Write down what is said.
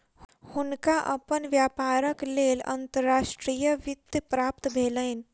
हुनका अपन व्यापारक लेल अंतर्राष्ट्रीय वित्त प्राप्त भेलैन